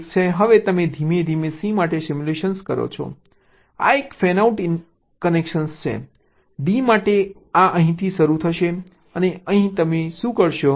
હવે તમે ધીમે ધીમે c માટે સિમ્યુલેશન કરો છો આ એક ફેનઆઉટ કનેક્શન છે d માટે આ અહીંથી શરૂ થશે અને અહીં તમે શું કરશો